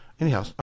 Anyhow